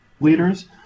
leaders